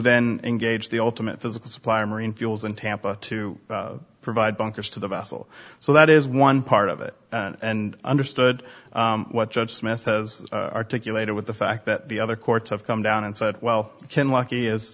then engaged the ultimate physical supply marine fuels in tampa to provide bunkers to the vessel so that is one part of it and understood what judge smith as articulated with the fact that the other courts have come down and said well can lucky is